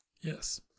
Yes